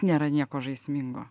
nėra nieko žaismingo